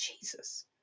Jesus